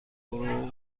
برو